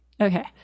Okay